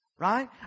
Right